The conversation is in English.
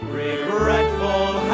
regretful